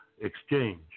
exchange